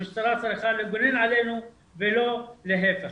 המשטרה צריכה לגונן עלינו ולא להיפך.